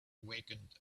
awakened